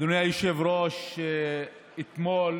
אדוני היושב-ראש, אתמול